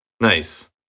nice